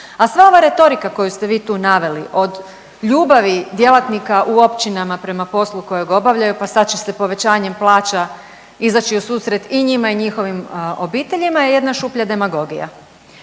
A sva ova retorika koju ste vi tu naveli od ljubavi djelatnika u općinama prema poslu kojeg obavljaju, pa sad će se povećanjem plaća izaći u susret i njima i njihovim obiteljima je jedna šuplja demagogija.